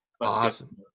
Awesome